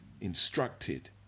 instructed